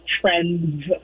trends